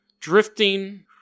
Drifting